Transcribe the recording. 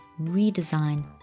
redesign